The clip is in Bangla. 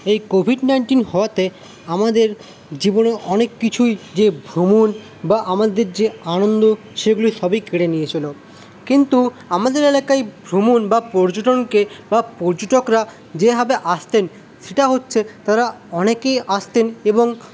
এই কোভিড নাইন্টিন হওয়াতে আমাদের জীবনে অনেক কিছুই যে ভ্রমণ বা আমাদের যে আনন্দ সেগুলো সবই কেড়ে নিয়েছিলো কিন্তু আমাদের এলাকায় ভ্রমণ বা পর্যটনকে বা পর্যটকরা যেভাবে আসতেন সেটা হচ্ছে তারা অনেকেই আসতেন এবং